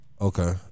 Okay